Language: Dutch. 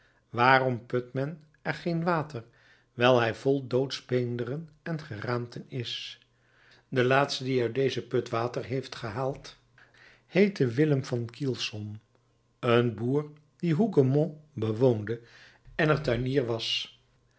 waarom put men er geen water wijl hij vol doodsbeenderen en geraamten is de laatste die uit dezen put water heeft gehaald heette willem van kylsom een boer die hougomont bewoonde en er tuinier was